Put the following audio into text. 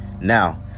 now